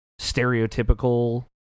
stereotypical